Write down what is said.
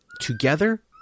together